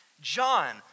John